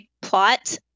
plot